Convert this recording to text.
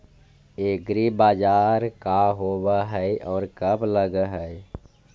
एग्रीबाजार का होब हइ और कब लग है?